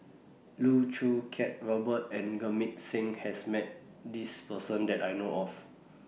Loh Choo Kiat Robert and Jamit Singh has Met This Person that I know of